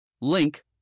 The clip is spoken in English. Link